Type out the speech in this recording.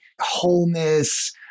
wholeness